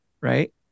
Right